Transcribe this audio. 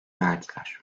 verdiler